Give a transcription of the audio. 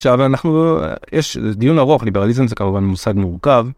עכשיו אנחנו.. יש דיון ארוך, ליברליזם זה כמובן מושג מורכב.